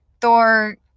thor